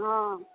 हँ